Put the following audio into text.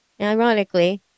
ironically